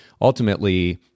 ultimately